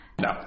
No